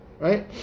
right